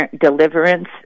deliverance